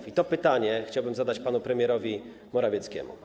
I to pytanie chciałbym zadać panu premierowi Morawieckiemu.